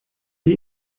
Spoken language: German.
die